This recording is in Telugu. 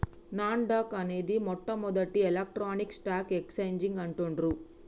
నాస్ డాక్ అనేది మొట్టమొదటి ఎలక్ట్రానిక్ స్టాక్ ఎక్స్చేంజ్ అంటుండ్రు